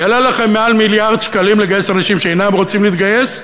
יעלה לכם יותר ממיליארד שקלים לגייס אנשים שאינם רוצים להתגייס,